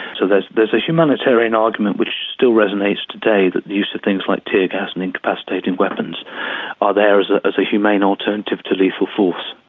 there's there's a humanitarian argument which still resonates today, that the use of things like tear gas and incapacitating weapons are there as ah as a humane alternative to lethal force.